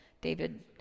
David